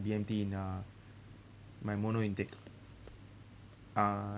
B_M_T in uh my mono intake uh